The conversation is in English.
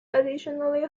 additionally